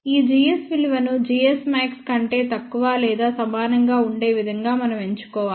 ఈ gs విలువను gs max కంటే తక్కువ లేదా సమానంగా వుండే విధంగా మనం ఎంచుకోవాలి